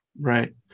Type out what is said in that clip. Right